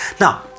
Now